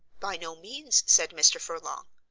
by no means, said mr. furlong.